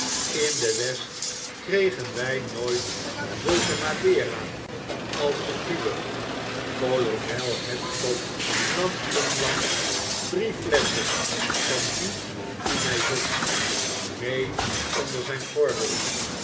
in de west kregen wij nooit zulke madera als de uwe kolonel heavytop nam onlangs drie flesschen van die u mij zond mee onder zijn gordel